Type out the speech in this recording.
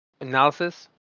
analysis